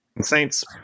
saints